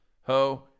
Ho